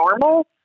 normal